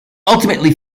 ultimately